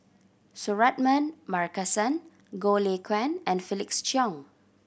Suratman Markasan Goh Lay Kuan and Felix Cheong